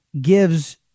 gives